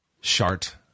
shart